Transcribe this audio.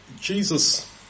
Jesus